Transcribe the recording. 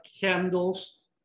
candles